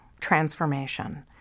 transformation